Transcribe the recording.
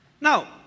Now